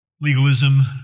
Legalism